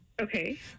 Okay